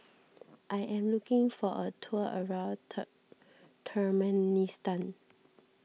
I am looking for a tour around tuck Turkmenistan